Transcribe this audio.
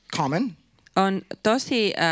common